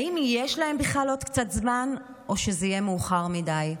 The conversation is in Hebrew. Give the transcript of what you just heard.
האם יש להם בכלל עוד קצת זמן או שזה יהיה מאוחר מדי?